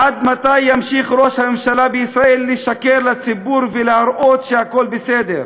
עד מתי ימשיך ראש הממשלה בישראל לשקר לציבור ולהראות שהכול בסדר,